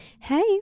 Hey